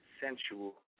sensual